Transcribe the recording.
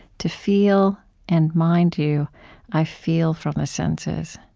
to feel and mind you i feel from the senses.